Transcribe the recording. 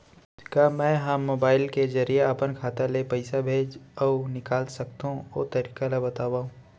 का मै ह मोबाइल के जरिए अपन खाता ले पइसा भेज अऊ निकाल सकथों, ओ तरीका ला बतावव?